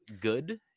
good